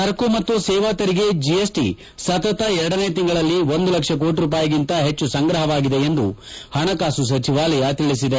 ಸರಕು ಮತ್ತು ಸೇವಾ ತೆರಿಗೆ ಜಿಎಸ್ಟಿ ಸತತ ಎರಡನೇ ತಿಂಗಳಲ್ಲಿ ಒಂದು ಲಕ್ಷ ಕೋಟಿ ರೂಪಾಯಿಗಿಂತ ಹೆಚ್ಚು ಸಂಗ್ರಹವಾಗಿದೆ ಎಂದು ಹಣಕಾಸು ಸಚಿವಾಲಯ ತಿಳಿಸಿದೆ